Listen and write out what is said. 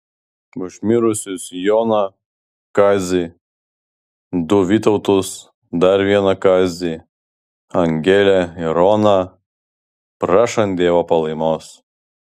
už mirusius joną kazį du vytautus dar vieną kazį angelę ir oną prašant dievo palaimos